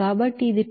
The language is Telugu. కాబట్టి ఇది 2362